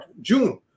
June